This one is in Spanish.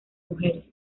mujeres